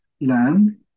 land